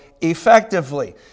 effectively